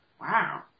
Wow